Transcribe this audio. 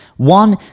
One